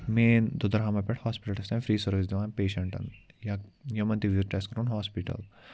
main دُدرہما پٮ۪ٹھ hospitals تانۍ فرٛی سٔروِس دِوان پیٚشنٹن یا یِمن تہِ وِزِٹ آسہِ کَرُن ہاسپِٹل